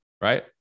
Right